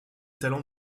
talents